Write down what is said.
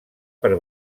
per